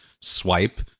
Swipe